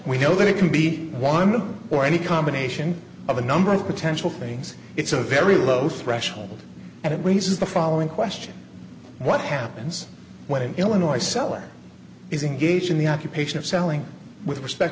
we know that it can be won or any combination of a number of potential things it's a very low threshold and it raises the following question what happens when an illinois seller is engaged in the occupation of selling with respect